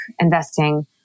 investing